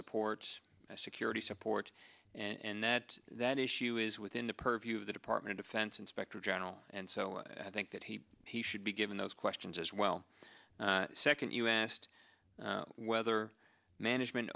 supports security support and that that issue is within the purview of the department of defense inspector general and so i think that he should be given those questions as well second you asked whether management